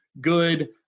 good